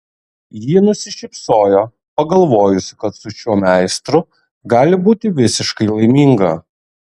ji nusišypsojo pagalvojusi kad su šiuo meistru gali būti visiškai laiminga